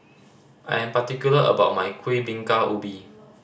I am particular about my Kuih Bingka Ubi